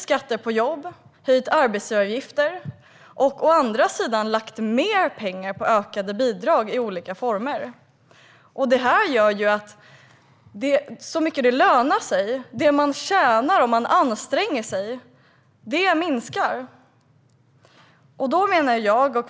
Skatten på jobb och arbetsgivaravgifterna har höjts samtidigt som mer pengar lagts på ökade bidrag i olika former. Detta gör att det man tjänar om man anstränger sig minskar.